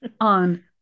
On